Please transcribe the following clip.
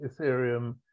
Ethereum